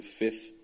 fifth